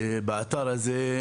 באתר הזה,